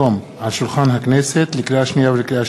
עשרה חברי כנסת בעד, אין מתנגדים ואין נמנעים.